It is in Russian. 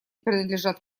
принадлежат